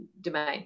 domain